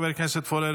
חבר הכנסת פורר,